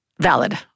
valid